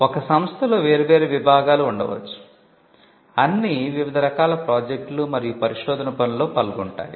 ఒక సంస్థలో వేర్వేరు విభాగాలు ఉండవచ్చు అన్నీ వివిధ రకాల ప్రాజెక్టులు మరియు పరిశోధన పనులలో పాల్గొంటాయి